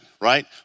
right